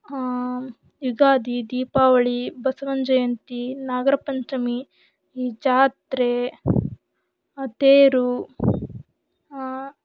ಯುಗಾದಿ ದೀಪಾವಳಿ ಬಸವನ್ ಜಯಂತಿ ನಾಗರ ಪಂಚಮಿ ಈ ಜಾತ್ರೆ ತೇರು